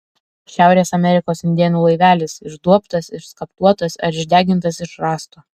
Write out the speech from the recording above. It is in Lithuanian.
šiaurės amerikos indėnų laivelis išduobtas išskaptuotas ar išdegintas iš rąsto